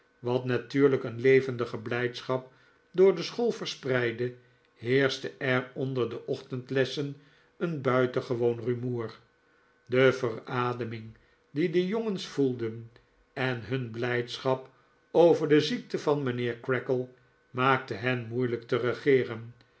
wat natuurlijk een levendige blijdschap door de school verspreidde heerschte er onder de ochtendlessen een buitengewoon rumoer de verademing die de jongens voelden en hun blijdschap over de ziekte van mijnheer creakle maakte hen moeilijk te regeeren